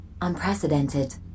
unprecedented